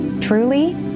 truly